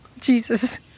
Jesus